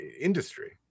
industry